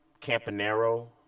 Campanero